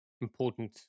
important